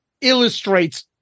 illustrates